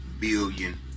billion